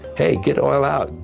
hey, get oil out.